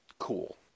cool